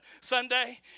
Sunday